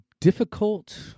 Difficult